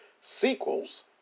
sequels